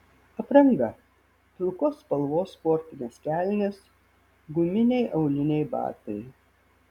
apranga pilkos spalvos sportinės kelnės guminiai auliniai batai